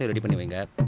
ah give anyone the